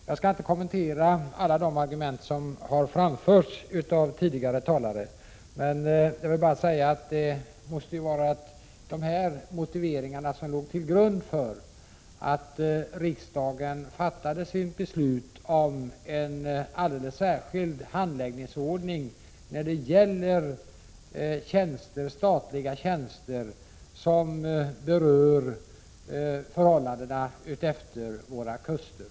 Jag skall inte kommentera alla argument som har framförts av tidigare talare, men jag vill säga att det måste vara dessa motiveringar som låg till grund då riksdagen fattade sitt beslut om en alldeles särskild handläggningsordning när det gäller statliga tjänster som berör förhållandena utefter våra kuster.